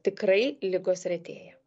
tikrai ligos retėja